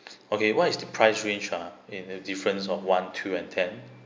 okay what is the price range ah in the difference of one two and ten